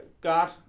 God